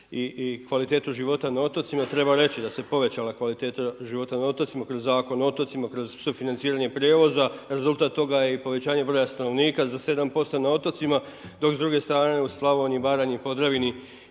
i kvalitetu života na otocima. Treba reći da se povećala kvaliteta života na otocima kroz Zakon o otocima, kroz sufinanciranje prijevoza. Rezultat toga je i povećanje broja stanovnika za 7% na otocima, dok s druge strane u Slavoniji i Baranji, Podravini